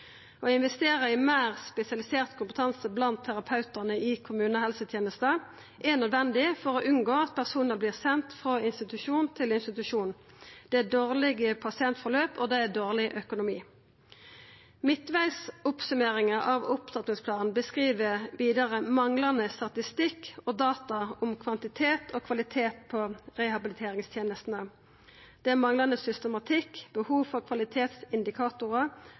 Å investera i meir spesialisert kompetanse blant terapeutane i kommunehelsetenesta er nødvendig for å unngå at personar vert sende frå institusjon til institusjon. Det er dårlege pasientforløp, og det er dårleg økonomi. Midtvegs oppsummeringar av opptrappingsplanen beskriv vidare manglande statistikk og data om kvantitet og kvalitet på rehabiliteringstenestene. Det er manglande systematikk, behov for kvalitetsindikatorar